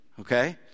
Okay